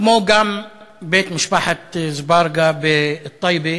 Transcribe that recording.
כמו גם בית משפחת אזברגה בטייבה,